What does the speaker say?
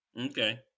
Okay